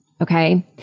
okay